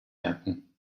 merken